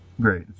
Great